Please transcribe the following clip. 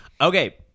Okay